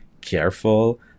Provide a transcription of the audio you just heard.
careful